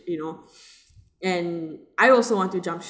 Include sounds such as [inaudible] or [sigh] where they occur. you know [breath] and I also want to jump